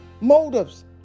motives